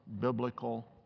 biblical